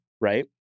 right